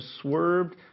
swerved